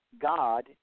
God